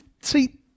See